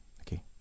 Okay